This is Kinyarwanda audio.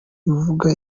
ivuga